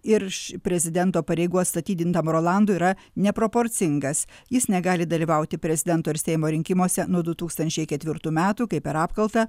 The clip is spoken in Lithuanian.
ir iš prezidento pareigų atstatydintam rolandui yra neproporcingas jis negali dalyvauti prezidento ir seimo rinkimuose nuo du tūkstančiai ketvirtų metų kai per apkaltą